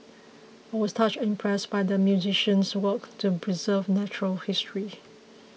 I was touched and impressed by the museum's work to preserve natural history